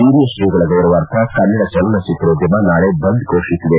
ಹಿರಿಯ ತ್ರೀಗಳ ಗೌರವಾರ್ಥ ಕನ್ನಡ ಚಲನ ಚಿತ್ರೋದ್ಯಮ ನಾಳೆ ಬಂದ್ ಘೋಷಿಸಿದೆ